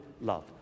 love